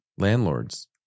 landlords